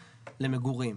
למגורים.